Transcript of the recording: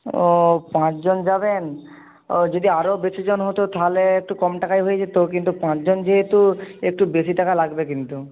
ও পাঁচজন যাবেন ও যদি আরও বেশিজন হতো তাহলে একটু কম টাকায় হয়ে যেতো কিন্তু পাঁচজন যেহেতু একটু বেশি টাকা লাগবে কিন্তু